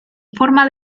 forma